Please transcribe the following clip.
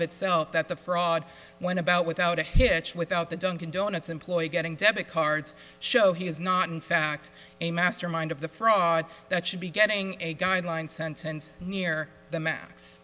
r itself that the fraud went about without a hitch without the dunkin donuts employee getting debit cards show he is not in fact a mastermind of the fraud that should be getting a guideline sentence near the